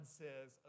says